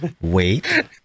Wait